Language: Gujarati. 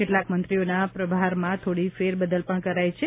કેટલાક મંત્રીઓના પ્રભારમાં થોડી ફેરબદલ પણ કરાઇ છે